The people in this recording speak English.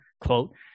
quote